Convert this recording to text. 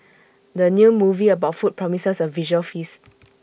the new movie about food promises A visual feast